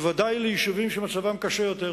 בוודאי ליישובים שמצבם קשה יותר,